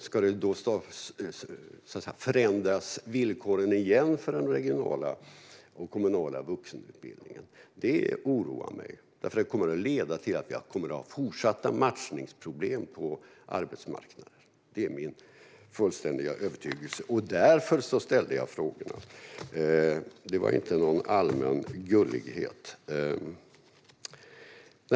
Ska villkoren förändras för den regionala och kommunala vuxenutbildningen ändras igen? Det oroar mig därför att det kommer att leda till fortsatta matchningsproblem på arbetsmarknaden. Det är min fullständiga övertygelse. Det var därför som jag ställde frågorna. Det var inte av någon allmän gullighet.